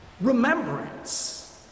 remembrance